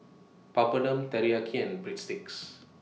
Papadum Teriyaki and Breadsticks